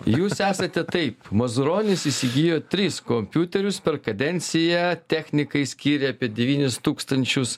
jūs esate taip mazuronis įsigijo tris kompiuterius per kadenciją technikai skyrė apie devynis tūkstančius